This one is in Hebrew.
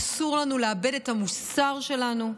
אסור לנו לאבד את המוסר שלנו,